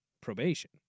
probation